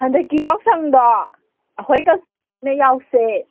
ꯍꯟꯗꯛꯀꯤ ꯌꯥꯎꯁꯪꯗ ꯑꯩꯈꯣꯏ ꯀꯥꯛꯆꯤꯡꯗ ꯌꯥꯎꯁꯦ